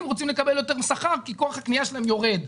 רוצים לקבל יותר שכר כי כוח הקנייה שלהם יורד,